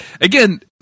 again –